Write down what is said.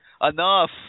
Enough